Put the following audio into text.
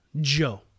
Joe